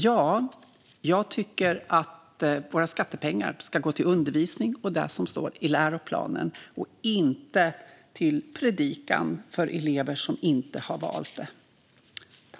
Jag tycker att våra skattepengar ska gå till undervisning och till det som står i läroplanen, inte till predikan för elever som inte har valt detta.